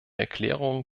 erklärungen